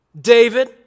David